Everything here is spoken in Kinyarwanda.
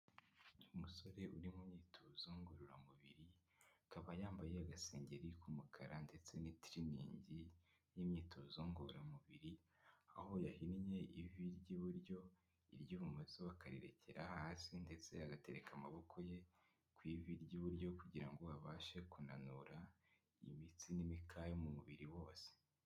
Umusore uri mu myitozo ngororamubiri akaba yambaye agasengeri k'umukara ndetse n'itiriningi y'imyitozo ngororamubiri, aho yahinnye ivi ry'iburyo, iry'ibumoso bakarirekera hasi, ndetse agatereka amaboko ye ku ivi ry'iburyo kugira ngo abashe kunanura imitsi n'imikaya mu mubiri wose.